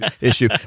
issue